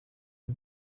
are